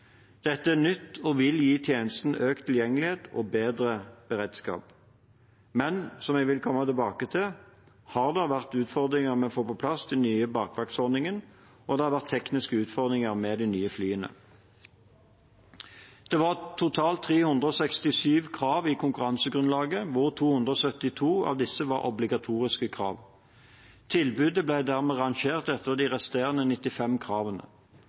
Dette er nytt og vil gi tjenesten økt tilgjengelighet og bedre beredskap. Men som jeg vil komme tilbake til, har det vært utfordringer med å få på plass denne nye bakvaktordningen, og det har også vært tekniske utfordringer med de nye flyene. Det var totalt 367 krav i konkurransegrunnlaget, hvorav 272 var obligatoriske krav. Tilbudene ble rangert etter de resterende 95 kravene.